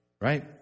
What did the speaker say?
right